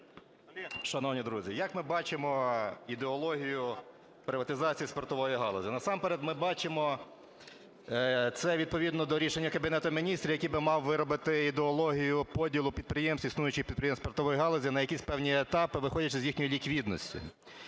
Шановні друзі, як ми бачимо ідеологію приватизації спиртової галузі? Насамперед ми бачимо це відповідно до рішення Кабінету Міністрів, який би мав виробити ідеологію поділу підприємств, існуючих підприємств спиртової галузі на якісь певні етапи, виходячи з їхньої ліквідності.